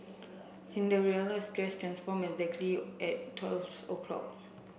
Cinderella's dress transformed exactly at twelve o'clock